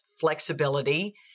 flexibility